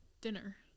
dinner